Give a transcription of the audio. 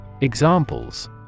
Examples